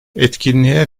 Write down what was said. etkinliğe